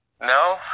No